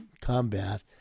combat